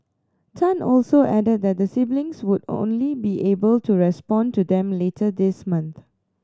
Tan also added that the siblings would only be able to respond to them later this month